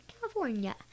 California